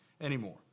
anymore